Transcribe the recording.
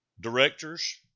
directors